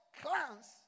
clans